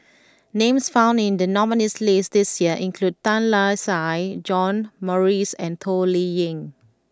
names found in the nominees' list this year include Tan Lark Sye John Morrice and Toh Liying